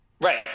Right